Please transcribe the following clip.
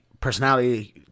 personality